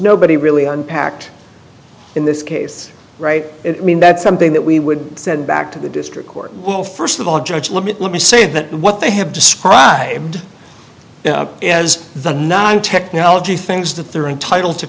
nobody really unpacked in this case right i mean that's something that we would send back to the district court well first of all judge let me let me say that what they have described as the nine technology things that they're entitled to